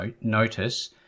notice